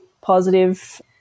positive